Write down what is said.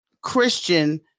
Christian